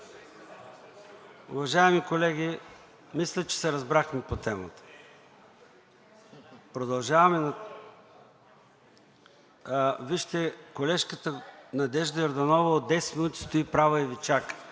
Уважаеми колеги, мисля, че се разбрахме по темата. (Шум и реплики.) Колежката Надежда Йорданова от 10 минути стои права и Ви чака.